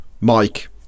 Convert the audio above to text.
Mike